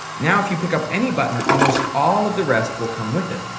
now if you pick up any button almost all of the rest will come with it.